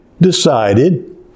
decided